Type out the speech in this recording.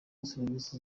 serivisi